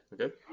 Okay